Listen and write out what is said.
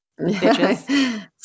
bitches